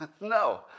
No